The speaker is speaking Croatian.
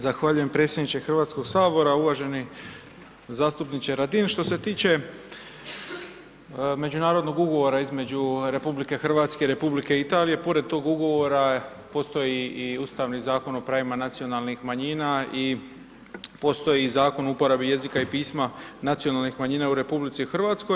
Zahvaljujem predsjedniče HS, uvaženi zastupniče Radin, što se tiče Međunarodnog ugovora između RH i Republike Italije, pored tog ugovora postoji i Ustavni zakon o pravima nacionalnih manjina i postoji Zakon o uporabi jezika i pisma nacionalnih manjina u RH.